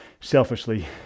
selfishly